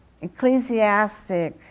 Ecclesiastic